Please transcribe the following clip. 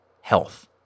health